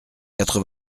quatre